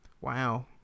Wow